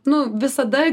nu visada